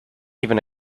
even